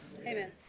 Amen